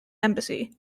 embassy